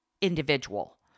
individual